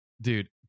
Dude